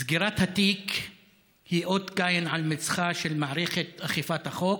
סגירת התיק היא אות קין על מצחה של מערכת אכיפת החוק,